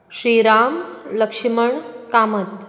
Shriram Lakshman Kamat